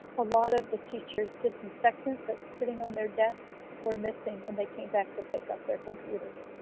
a lot of the teachers' disinfectant that was sitting on their desks were missing when they came back to pick up their computers.